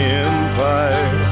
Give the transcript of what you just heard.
empire